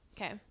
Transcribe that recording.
Okay